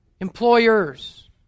employers